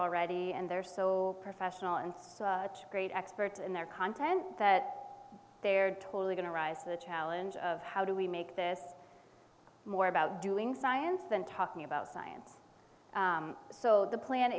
already and they're so professional and so great expert in their content that they're totally going to rise to the challenge of how do we make this more about doing science than talking about science so the plan